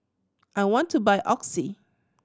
I want to buy Oxy